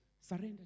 Surrender